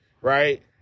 right